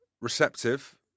receptive